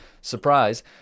Surprise